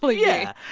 but yeah.